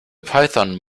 python